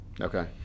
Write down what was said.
Okay